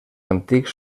antics